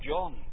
John